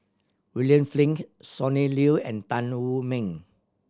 William Flint Sonny Liew and Tan Wu Meng